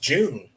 June